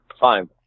fine